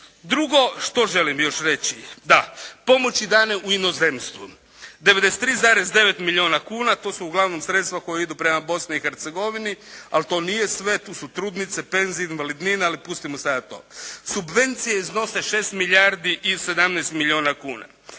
Drugo, što želim još reći? Da. Pomoći dane u inozemstvu. 93,9 milijuna kuna, to su uglavnom sredstva koja idu prema Bosni i Hercegovini, ali to nije sve, tu su trudnice, penzije, invalidnine, ali pustimo sada to. Subvencije iznose 6 milijardi i 17 milijuna kuna.